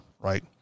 right